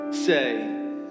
Say